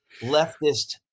leftist